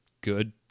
good